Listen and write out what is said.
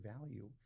value